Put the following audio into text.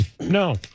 no